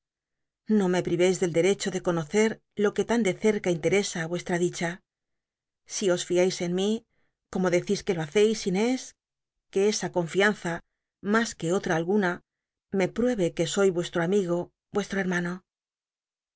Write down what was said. no me privcis del derecho de conocer lo que tan de cerca interesa vuestra rlicha si os fiais en mí como decis que lo haceis inés que esa conlianza mas que otra alguna me pruebe que soy n estro amigo ueslro hermano